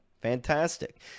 Fantastic